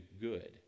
good